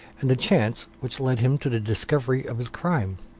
and the chance which led him to the discovery of his crime.